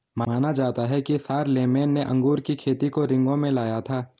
माना जाता है कि शारलेमेन ने अंगूर की खेती को रिंगौ में लाया था